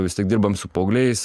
vis tiek dirbam su paaugliais